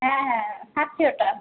হ্যাঁ হ্যাঁ খাচ্ছি ওটা